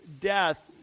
death